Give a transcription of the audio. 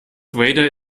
vader